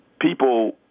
people